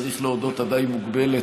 צריך להודות שהדי-מוגבלת,